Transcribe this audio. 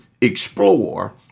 explore